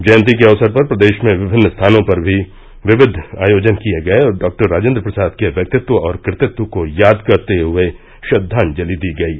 जयंती के अवसर पर प्रदेश में विभिन्न स्थानों पर भी विविध आयोजन किये गये और डॉक्टर राजेन्द्र प्रसाद के व्यक्तित्व और कृतित्व को याद करते हुये श्रद्वांजलि दी गयी